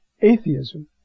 Atheism